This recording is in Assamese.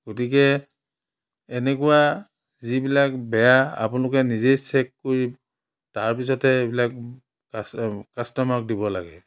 গতিকে এনেকুৱা যিবিলাক বেয়া আপোনলোকে নিজে চেক কৰি তাৰপিছত হে এইবিলাক কাষ্টমাৰক দিব লাগে